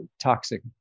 toxic